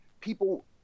people